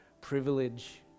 privilege